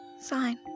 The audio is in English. sign